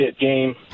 game